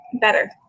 better